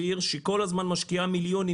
שהיא עיר שכל הזמן משקיעה מיליונים,